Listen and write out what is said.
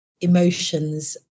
emotions